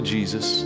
Jesus